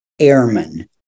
airman